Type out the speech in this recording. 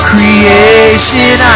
creation